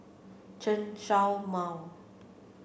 Chen Show Mao